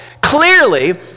Clearly